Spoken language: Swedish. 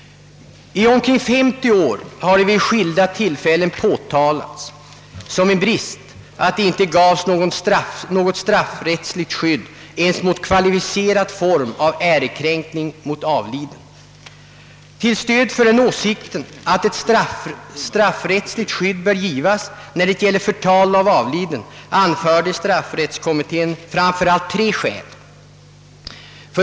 I omkring 50 år har vid skilda tillfällen anförts som en brist att det inte funnits något straffrättsligt skydd ens mot kvalificerad form av ärekränkning mot avliden. Till stöd för den åsikten att ett straffrättsligt skydd bör ges när det gäller förtal av avliden anförde straffrättskommittén framför allt tre skäl.